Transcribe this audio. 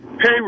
Hey